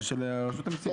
עוברת אותם יום-יום.